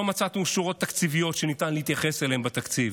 לא מצאנו שורות תקציביות שניתן להתייחס אליהן בתקציב.